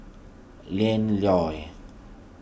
Ian Loy